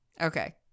Okay